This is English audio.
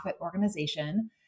organization